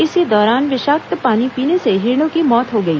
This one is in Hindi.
इसी दौरान विषाक्त पानी पीने से हिरणों की मौत हो गई